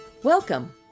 Welcome